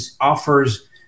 offers